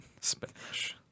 Spanish